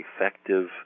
effective